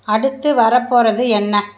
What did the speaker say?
அடுத்து வரப்போகிறது என்ன